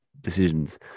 decisions